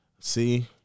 See